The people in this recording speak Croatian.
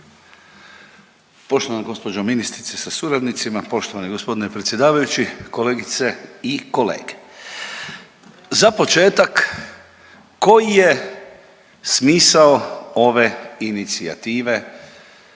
Poštovana gospođo ministrice sa suradnicima, poštovani gospodine predsjedavajući, kolegice i kolege, za početak koji je smisao ove inicijative